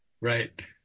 Right